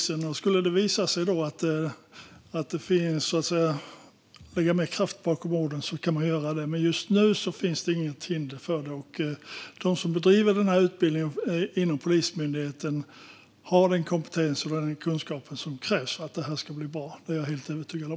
Om det skulle visa sig att man behöver lägga mer kraft bakom orden kan man göra det, men just nu finns det inget hinder. De som bedriver denna utbildning inom Polismyndigheten har den kompetens och kunskap som krävs för att det ska bli bra. Detta är jag helt övertygad om.